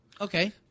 Okay